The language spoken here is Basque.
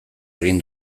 egin